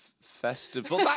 festival